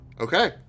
Okay